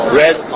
red